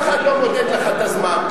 אף אחד לא מודד לכם את הזמן.